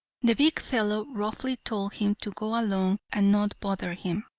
the big fellow roughly told him to go along and not bother him,